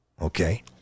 okay